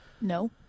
No